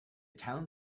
town